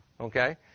Okay